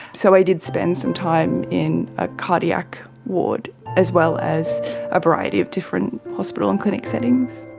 so i did spend some time in a cardiac ward as well as a variety of different hospital and clinic settings.